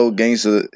gangster